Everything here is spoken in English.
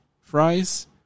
fries